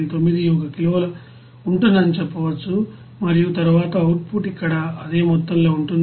91 కిలోలు ఉంటుందని చెప్పవచ్చు మరియు తరువాత అవుట్ పుట్ ఇక్కడ అదే మొత్తంలోఉంటుంది